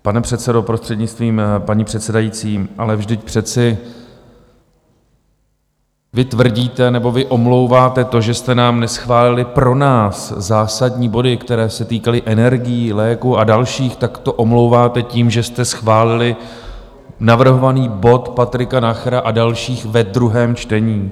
Pane předsedo, prostřednictvím paní předsedající, ale vždyť přece vy tvrdíte, nebo vy omlouváte to, že jste nám neschválili pro nás zásadní body, které se týkaly energií, léků a dalších, tak to omlouváte tím, že jste schválili navrhovaný bod Patrika Nachera a dalších ve druhém čtení.